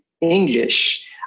English